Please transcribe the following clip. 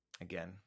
again